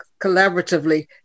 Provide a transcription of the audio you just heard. collaboratively